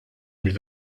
mill